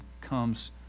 comes